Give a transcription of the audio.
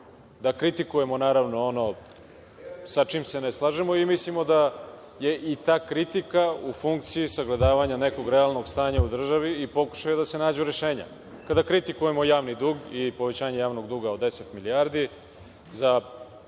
da kritikujemo naravno ono sa čim se ne slažemo i mislimo da je i ta kritika u funkciji sagledavanja nekog realnog stanja u državi i pokušaj da se nađu rešenja. Kada kritikujemo javni dug i povećanje javnog duga od 10 milijardi za